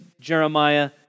Jeremiah